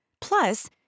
Plus